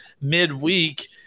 midweek